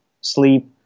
sleep